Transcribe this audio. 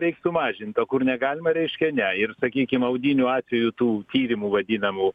reikt mažint o kur negalima reiškia ne ir sakykim audinių atveju tų tyrimų vadinamų